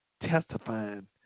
testifying